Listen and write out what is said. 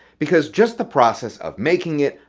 because just the process of making it,